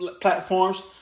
platforms